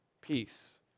peace